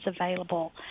available